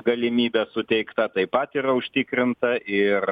galimybė suteikta taip pat yra užtikrinta ir